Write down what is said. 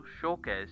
showcase